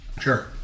Sure